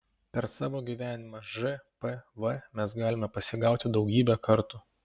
per savo gyvenimą žpv mes galime pasigauti daugybę kartų